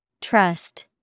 Trust